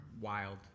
wild